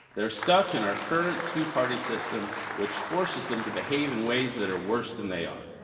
they're stuck in our current two-party system which forces them to behave in ways that are worse than they are.